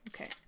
okay